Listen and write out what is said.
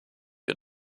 wir